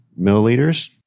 milliliters